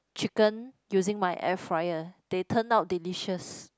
chicken using my air fryer they turn out delicious